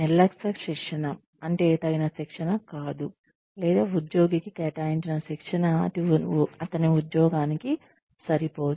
నిర్లక్ష్య శిక్షణ అంటే తగినశిక్షణ కాదు లేదా ఉద్యోగికి కేటాయించిన శిక్షణ అతని ఉద్యోగానికి సరిపోదు